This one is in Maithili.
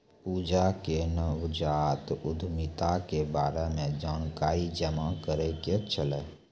पूजा के नवजात उद्यमिता के बारे मे जानकारी जमा करै के छलै